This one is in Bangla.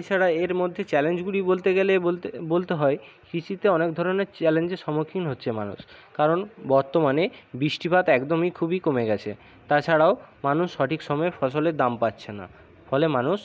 এছাড়া এর মধ্যে চ্যালেঞ্জগুলি বলতে গেলে বলতে বলতে হয় কৃষিতে অনেক ধরণের চ্যালেঞ্জের সম্মুখীন হচ্ছে মানুষ কারণ বর্তমানে বৃষ্টিপাত একদমই খুবই কমে গেছে তাছাড়াও মানুষ সঠিক সময়ে ফসলের দাম পাচ্ছে না ফলে মানুষ